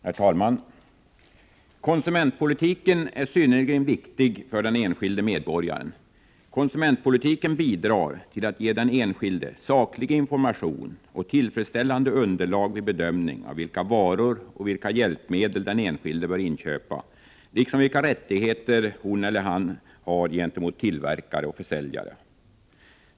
Herr talman! Konsumentpolitiken är synnerligen viktig för den enskilde medborgaren. Konsumentpolitiken bidrar till att ge den enskilde saklig information och tillfredsställande underlag vid bedömning av vilka varor och vilka hjälpmedel han bör inköpa, liksom vilka rättigheter han har gentemot tillverkare och försäljare.